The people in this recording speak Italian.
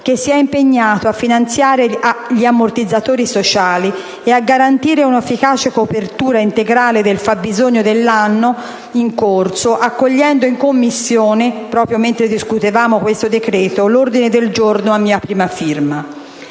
che si è impegnato a finanziare gli ammortizzatori sociali e a garantire una efficace copertura integrale del fabbisogno dell'anno in corso accogliendo in Commissione, in sede di discussione di questo decreto, l'ordine del giorno a mia prima firma.